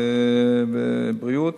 הרווחה והבריאות